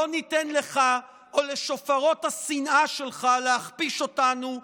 לא ניתן לך או לשופרות השנאה שלך להכפיש אותנו,